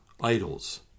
idols